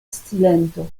silento